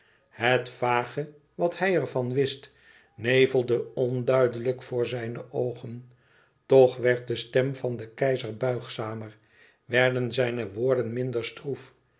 het vage wat hij ervan wist nevelde onduidelijk voor zijne oogen toch werd de stem van den keizer buigzamer werden zijne woorden minder stroef